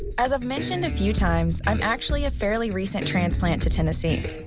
as i've mentioned a few times, i'm actually a fairly recent transplant to tennessee.